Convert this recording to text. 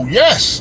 yes